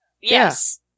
Yes